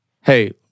hey